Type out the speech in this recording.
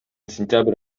сентябрь